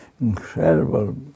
Incredible